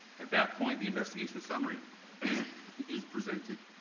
at that point, the investigation summary is presented